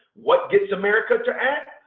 what gets america to act?